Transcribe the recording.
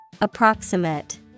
Approximate